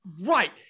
Right